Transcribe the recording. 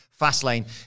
Fastlane